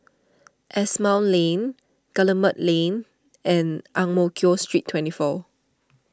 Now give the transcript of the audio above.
Asimont Lane Guillemard Lane and Ang Mo Kio Street twenty four